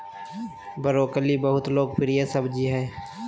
broccoli बहुत लोकप्रिय सब्जी हइ